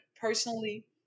personally